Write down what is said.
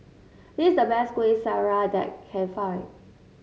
this is the best Kuih Syara that can find